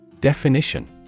Definition